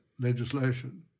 legislation